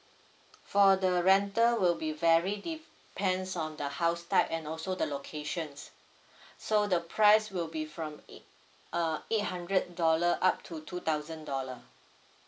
for the rental will be very depends on the house type and also the locations so the price will be from ei~ uh eight hundred dollar up to two thousand dollar